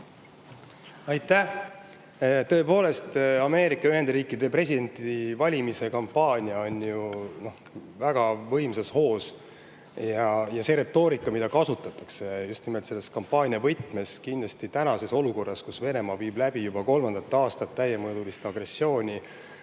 Aitäh! Tõepoolest, Ameerika Ühendriikide presidendivalimise kampaania on väga võimsas hoos. Kogu see retoorika, mida kasutatakse just nimelt kampaaniavõtmes tänases olukorras, kus Venemaa viib juba kolmandat aastat läbi täiemõõdulist agressiooni